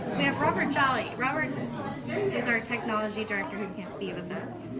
we have robert jolly. robert is our technology director who can't be with us.